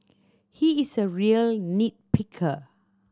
he is a real nit picker